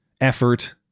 effort